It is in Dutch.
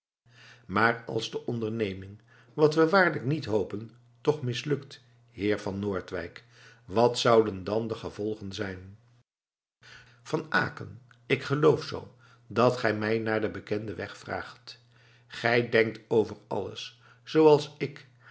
maar als de onderneming wat we waarlijk niet hopen toch mislukt heer van noordwijk wat zouden dan de gevolgen zijn van aecken ik geloof zoo dat gij mij naar den bekenden weg vraagt gij denkt over alles zooals ik